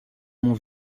mon